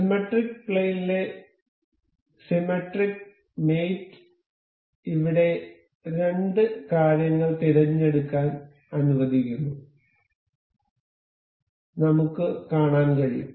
symmetric plane ലെ symmetric മേറ്റ് ഇവിടെ രണ്ട് കാര്യങ്ങൾ തിരഞ്ഞെടുക്കാൻ അനുവദിക്കുന്നു നമുക്ക് കാണാൻ കഴിയും